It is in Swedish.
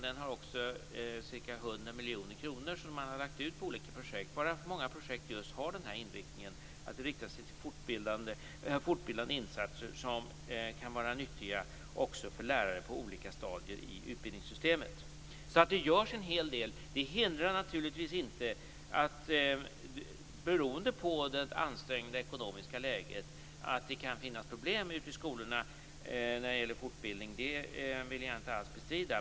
Den har också ca 100 miljoner kronor som lagts ut på olika projekt varav många är inriktade just på fortbildande insatser som kan vara nyttiga också för lärare på olika stadier i utbildningssystemet. Det görs alltså en hel del. Men detta hindrar naturligtvis inte att det kan finnas problem ute i skolorna med fortbildningen beroende på det ansträngda ekonomiska läget. Det vill jag inte alls bestrida.